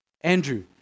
Andrew